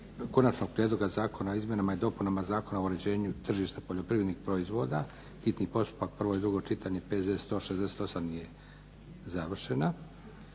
Konačnog prijedloga zakona o izmjenama i dopunama Zakona o uređenju tržišta poljoprivrednih proizvoda, hitni postupak, prvo i drugo čitanje, PZ br. 168 je završena.